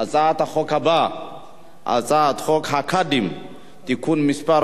הצעת חוק הבטחת הכנסה (תיקון מס'